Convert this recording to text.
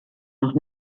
noch